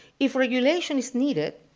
if regulation is needed,